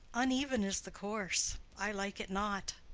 uneven is the course i like it not.